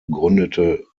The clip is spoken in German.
gründete